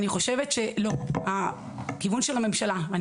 אני חושבת שהכיוון של הממשלה הוא להיות חזקה,